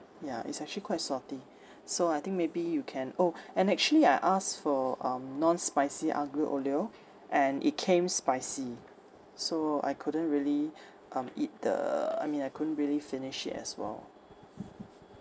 ya it's actually quite salty so I think maybe you can orh and actually I asked for um non spicy aglio olio and it came spicy so I couldn't really um eat the I mean I couldn't really finish it as well